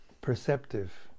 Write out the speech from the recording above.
Perceptive